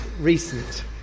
recent